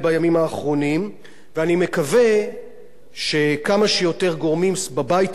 אני מקווה שכמה שיותר גורמים בבית הזה יצטרפו לעניין,